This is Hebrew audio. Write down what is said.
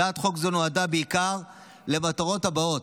הצעת חוק זו נועדה בעיקר למטרות הבאות: